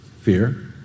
Fear